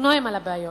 הוא נואם על הבעיות.